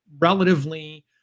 relatively